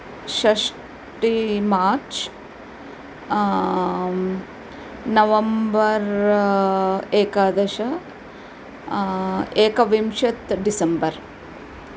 षष्टि मार्च् नवम्बर् एकादश एकविंशतिः डिसेंबर्